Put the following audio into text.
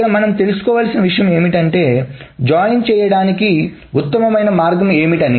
ఇక్కడ మనం తెలుసుకోవాల్సిన విషయం ఏమిటంటే జాయిన్ చేయడానికి ఉత్తమమైన మార్గం ఏమిటి అని